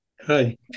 Hi